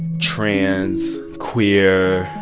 trans, queer,